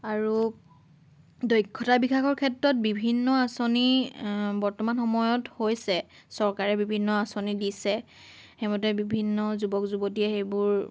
আৰু দক্ষতা বিকাশৰ ক্ষেত্ৰত বিভিন্ন আঁচনি বৰ্তমান সময়ত হৈছে চৰকাৰে বিভিন্ন আঁচনি দিছে সেইমতে বিভিন্ন যুৱক যুৱতীয়ে সেইবোৰ